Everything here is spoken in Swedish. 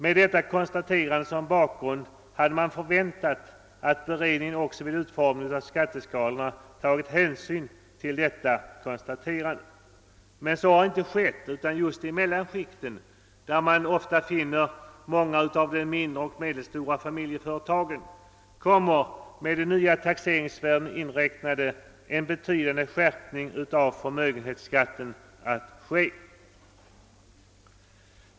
Med detta konstaterande som bakgrund hade man kunnat förvänta att beredningen också vid ultformningen av skatteskalorna tagit hänsyn till detta konstaterande, men så har inte skett. I mellanskikten, där man ofta finner de mindre och medelstora familjeföretagen, kommer — med de nya taxeringsvärdena inräknade — en betydande skärpning av förmögenhetsskatten att ske.